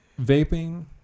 vaping